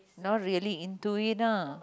not really into it ah